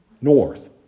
North